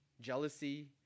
jealousy